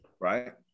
Right